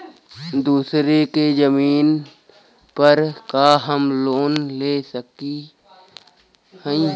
दूसरे के जमीन पर का हम लोन ले सकत हई?